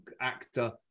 actor